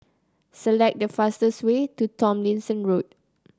select the fastest way to Tomlinson Road